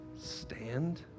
stand